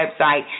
website